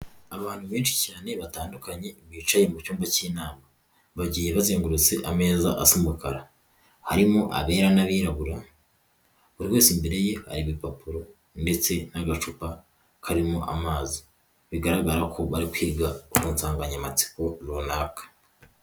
Abantu benshi cyane batandukanye bicaye mu cyumba cy'inama, bagiye bazengurutse ameza asa umakara. Harimo abera n'abirabura buri wese imbere ye hari ibipapuro ndetse n'agacupa karimo amazi bigaragara ko bari kwiga ku nsanganyamatsiko runaka.